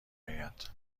آید